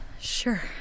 Sure